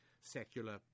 secular